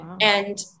And-